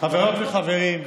חברות וחברים.